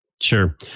Sure